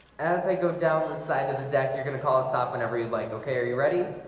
as i go down the side of the deck, you're gonna call us up whenever you'd like. okay. are you ready?